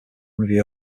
review